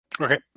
Okay